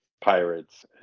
Pirates